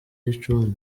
gicumbi